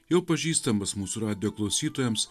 jau pažįstamas mūsų radijo klausytojams